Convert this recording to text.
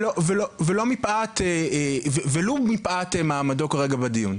ולו מפאת מעמדו כרגע בדיון.